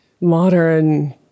modern